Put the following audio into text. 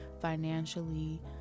financially